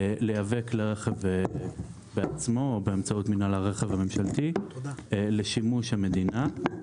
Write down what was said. לייבא בעצמו או באמצעות מינהל הרכב הממשלתי לשימוש המדינה.